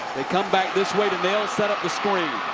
they come back this way. nails sets up the screen.